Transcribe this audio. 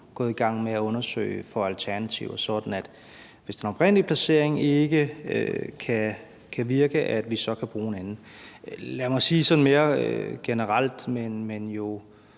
gået i gang med at undersøge for alternativer, sådan at vi, hvis den oprindelige placering ikke kan virke, kan bruge en anden. Lad mig sige sådan mere generelt, men